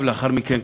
ולאחר מכן,